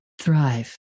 thrive